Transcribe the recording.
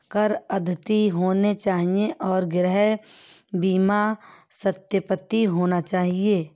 कर अद्यतित होने चाहिए और गृह बीमा सत्यापित होना चाहिए